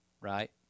right